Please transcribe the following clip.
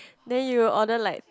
then you order like